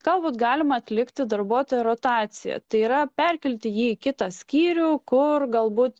galbūt galima atlikti darbuotojo rotacija tai yra perkelti jį į kitą skyrių kur galbūt